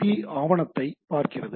B I ஆவணத்தைப் பார்க்கிறது